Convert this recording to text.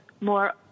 more